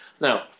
Now